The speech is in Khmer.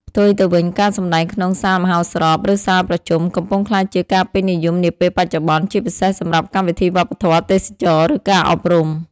ផ្ទុយទៅវិញ ការសម្តែងក្នុងសាលមហោស្រព ឬសាលប្រជុំ កំពុងក្លាយជាការពេញនិយមនាពេលបច្ចុប្បន្ន ជាពិសេសសម្រាប់កម្មវិធីវប្បធម៌ ទេសចរណ៍ ឬការអប់រំ។